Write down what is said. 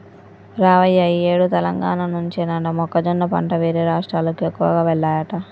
రావయ్య ఈ ఏడు తెలంగాణ నుంచేనట మొక్కజొన్న పంట వేరే రాష్ట్రాలకు ఎక్కువగా వెల్లాయట